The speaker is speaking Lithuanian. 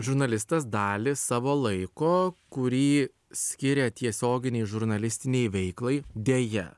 žurnalistas dalį savo laiko kurį skiria tiesioginei žurnalistinei veiklai deja